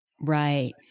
Right